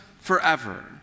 forever